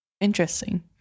Interesting